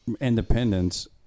independence